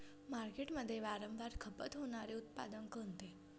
मार्केटमध्ये वारंवार खपत होणारे उत्पादन कोणते?